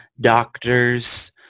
doctors